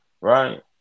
right